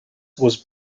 was